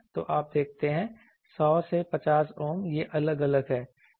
तो आप देखते हैं 100 से 50 Ohm यह अलग अलग है